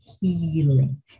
healing